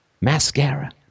mascara